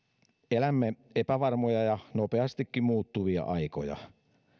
elämme epävarmoja ja nopeastikin muuttuvia aikoja